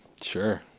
Sure